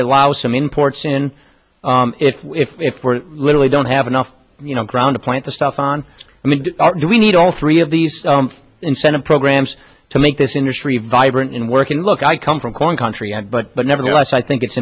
allow some imports in it if we're literally don't have enough you know ground to plant the stuff on i mean do we need all three of these incentive programs to make this industry vibrant in work and look i come from corn country but nevertheless i think it's